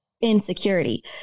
insecurity